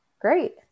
Great